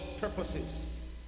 purposes